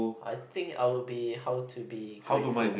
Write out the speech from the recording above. I think I will be how to be grateful